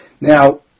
Now